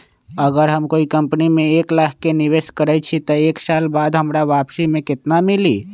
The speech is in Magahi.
अगर हम कोई कंपनी में एक लाख के निवेस करईछी त एक साल बाद हमरा वापसी में केतना मिली?